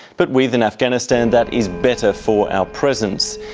but with an afghanistan that is better for our presence.